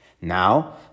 Now